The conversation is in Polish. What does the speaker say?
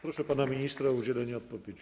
Proszę pana ministra o udzielenie odpowiedzi.